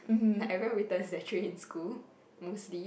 like everyone return the tray in school mostly